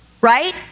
right